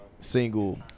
single